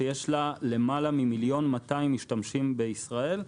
שיש לה יותר מ-1.2 מיליון משתמשים בישראל.